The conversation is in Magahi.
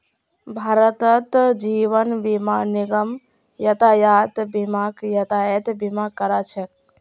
भारतत जीवन बीमा निगम यातायात बीमाक यातायात बीमा करा छेक